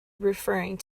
referring